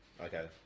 Okay